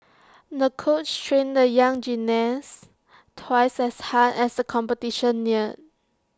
the coach trained the young gymnast twice as hard as the competition neared